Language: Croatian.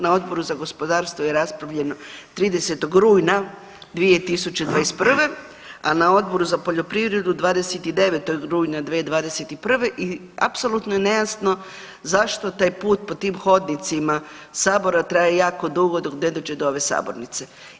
Na Odboru za gospodarstvo je raspravljeno 30. rujna 2021., a na Odboru za poljoprivredu 29. rujna 2021. i apsolutno je nejasno zašto taj put po tim hodnicima sabora traje jako dugo dok ne dođe do ove sabornice.